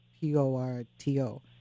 P-O-R-T-O